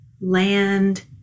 land